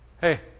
Hey